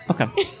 Okay